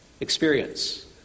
experience